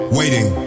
waiting